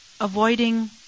avoiding